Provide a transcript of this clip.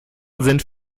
sind